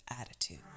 attitude